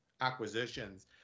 acquisitions